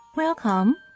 Welcome